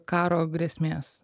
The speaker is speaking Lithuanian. karo grėsmės